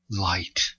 light